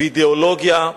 באידיאולוגיה,